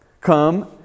come